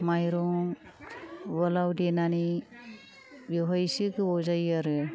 मायरं उवालाव देनानै बेवहाय एसे गोबाव जायो आरो